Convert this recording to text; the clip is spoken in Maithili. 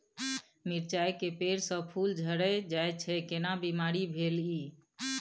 मिर्चाय के पेड़ स फूल झरल जाय छै केना बीमारी भेलई?